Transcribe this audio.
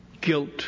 guilt